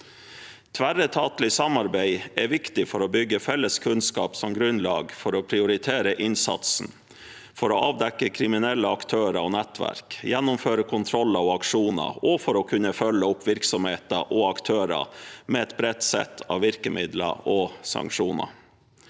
Tverretatlig samarbeid er viktig for å bygge felles kunnskap som grunnlag for å prioritere innsatsen, for å avdekke kriminelle aktører og nettverk, for å gjennomføre kontroller og aksjoner og for å kunne følge opp virksomheter og aktører med et bredt sett av virkemidler og sanksjoner.